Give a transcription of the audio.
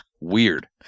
weird